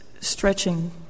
stretching